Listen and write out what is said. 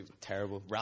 terrible